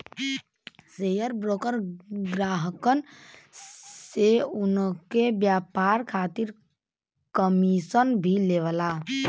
share broker ग्राहकन से उनके व्यापार खातिर कमीशन भी लेवला